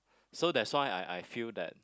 so that's why I I feel that